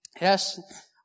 Yes